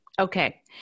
Okay